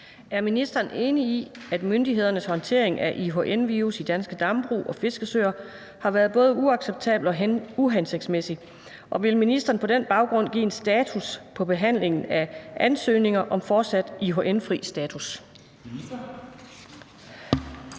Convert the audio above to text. Er ministeren enig i, at myndighedernes håndtering af IHN-virus i danske dambrug og fiskesøer har været både uacceptabel og uhensigtsmæssig, og vil ministeren på den baggrund give en status på behandlingen af ansøgninger om fortsat IHN-fri status?